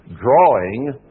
drawing